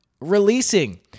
releasing